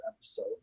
episode